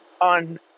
on